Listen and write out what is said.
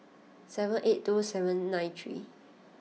seven eight two seven nine three